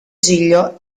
giglio